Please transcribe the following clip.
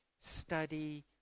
study